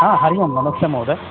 हा हरिः ओम् नमस्ते महोदय